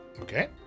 Okay